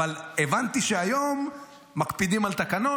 אבל הבנתי שהיום מקפידים על תקנון,